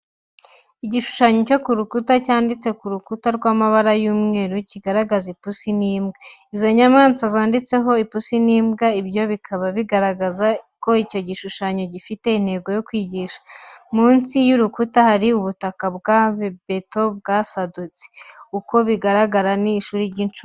Igishushanyo cyo ku rukuta cyanditse ku rukuta rw'amabara y'umweru, kigaragaza ipusi n'imbwa. Izo nyamaswa zanditseho ngo "Ipusi n'imbwa", ibyo bikaba bigaragaza ko icyo gishushanyo gifite intego yo kwigisha. Munsi y'urukuta, hari ubutaka bwa beto bwasadutse. Uko bigaragara n'ishuri ry'incuke.